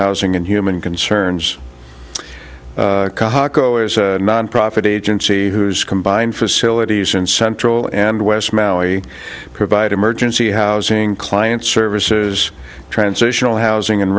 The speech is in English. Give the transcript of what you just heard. housing and human concerns kako as a nonprofit agency whose combined facilities in central and west maui provide emergency housing client services transitional housing and